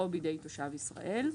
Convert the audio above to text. או בידי תושב ישראל.